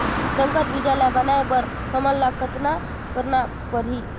संकर बीजा ल बनाय बर हमन ल कतना करना परही?